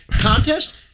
contest